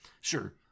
Sure